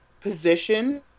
position